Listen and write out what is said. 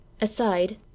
Aside